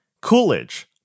Coolidge